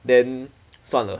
then 算了